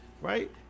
right